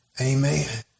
Amen